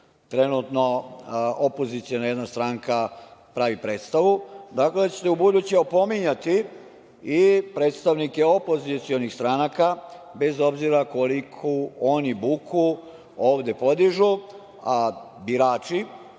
trenutno opoziciona jedna stranka pravi predstavu, dakle, da ćete ubuduće opominjati i predstavnike opozicionih stranaka bez obzira koliku oni buku ovde podižu. A birači,